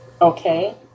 Okay